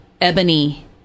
Ebony